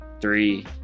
three